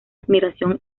admiración